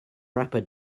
wrapper